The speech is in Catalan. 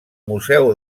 museu